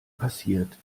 passiert